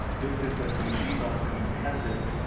this is the these are competitive